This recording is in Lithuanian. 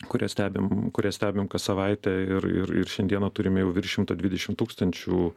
kurią stebim kurią stebim kas savaitę ir ir ir šiandieną turime jau virš šimto dvidešim tūkstančių